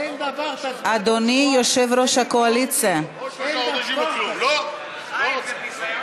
אדוני יושב-ראש הקואליציה, חיים, זה ביזיון